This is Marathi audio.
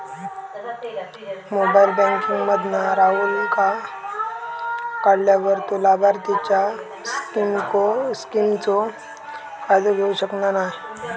मोबाईल बॅन्किंग मधना राहूलका काढल्यार तो लाभार्थींच्या स्किमचो फायदो घेऊ शकना नाय